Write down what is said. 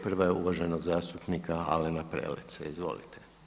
Prva je uvaženog zastupnika Alena Preleca, izvolite.